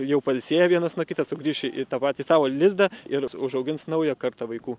jau pailsėję vienas nuo kito sugrįši į į tą patį savo lizdą ir užaugins naują kartą vaikų